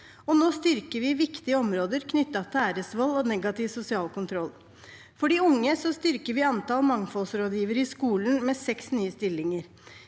nå styrker vi viktige områder knyttet til æresvold og negativ sosial kontroll. For de unge styrker vi antallet mangfoldsrådgivere i skolen med seks nye stillinger.